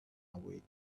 await